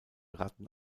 ratten